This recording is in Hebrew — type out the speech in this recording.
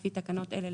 לפי תקנות אלה,